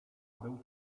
był